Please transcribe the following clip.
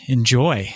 Enjoy